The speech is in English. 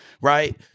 Right